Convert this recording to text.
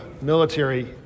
military